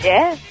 Yes